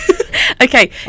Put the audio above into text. Okay